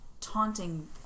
taunting